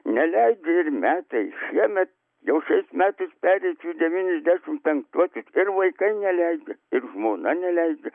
neleidžia ir metai šiemet jau šiais metais pereisiu į devyniasdešimt penktuosius ir vaikai neleidžia ir žmona neleidžia